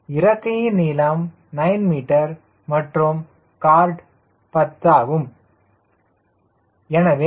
இறக்கையின் நீளம் 9 m மற்றும் c 10 C109 1